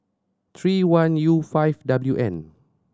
three one U five W N